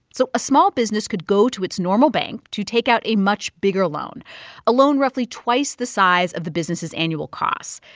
so a small business could go to its normal bank to take out a much bigger loan a loan roughly twice the size of the business's annual costs.